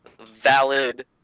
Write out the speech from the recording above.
valid